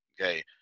okay